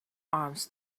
arms